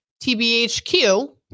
TBHQ